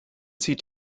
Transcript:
zieht